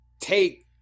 take